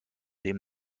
dem